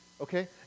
Okay